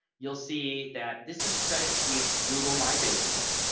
you'll see that this is credit suite google my business.